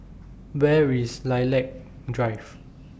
Where IS Lilac Drive